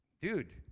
dude